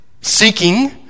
seeking